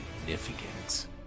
significance